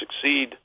succeed